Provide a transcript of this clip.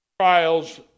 trials